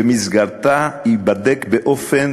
ובמסגרתה ייבדק באופן